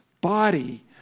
body